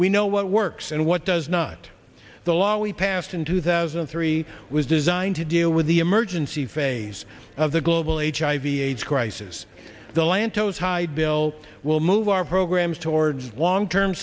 we know what works and what does not the law we passed in two thousand and three was designed to deal with the emergency phase of the global aids hiv aids crisis the lantos hyde bill will move our programs towards long term